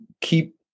keep